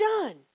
done